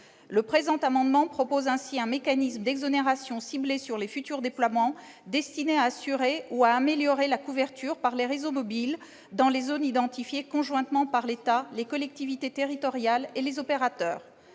le présent amendement, nous proposons donc un mécanisme d'exonération ciblée sur les futurs déploiements destinés à assurer ou à améliorer la couverture par les réseaux mobiles dans les zones identifiées conjointement par l'État, les collectivités territoriales et les opérateurs.